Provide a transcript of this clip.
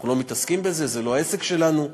אנחנו לא מתעסקים בזה, זה לא העסק שלנו.